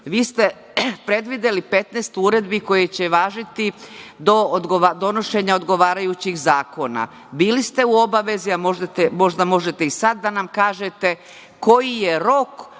ste predvideli 15 uredbi koje će važiti do donošenja odgovarajućih zakona. Bili ste u obavezi, a možda možete i sada da nam kažete, koji je rok